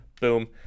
boom